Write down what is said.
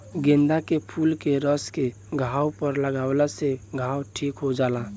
गेंदा के फूल के रस के घाव पर लागावला से घाव ठीक हो जाला